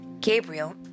Gabriel